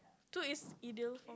two is either